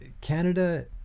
Canada